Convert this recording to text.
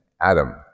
Adam